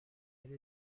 elle